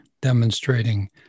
demonstrating